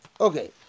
Okay